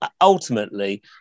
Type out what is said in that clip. ultimately